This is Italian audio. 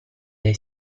dai